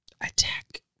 Attack